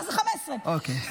אז 15. אוקיי.